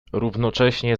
równocześnie